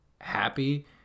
happy